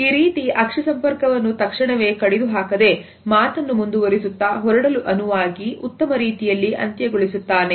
ಈ ರೀತಿಯಲ್ಲಿ ಅಕ್ಷಿ ಸಂಪರ್ಕವನ್ನು ತಕ್ಷಣವೇ ಕಡಿದು ಹಾಕದೆ ಮಾತನ್ನು ಮುಂದುವರೆಸುತ್ತಾ ಹೊರಡಲು ಅನುವಾಗಿ ಉತ್ತಮ ರೀತಿಯಲ್ಲಿ ಅಂತ್ಯಗೊಳಿಸುತ್ತಾನೆ